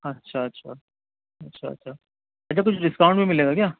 اچھا اچھا اچھا اچھا اچھا کچھ ڈسکاؤنٹ بھی مِلے گا کیا